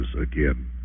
again